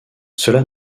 cela